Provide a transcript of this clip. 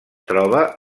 troba